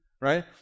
Right